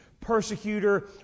persecutor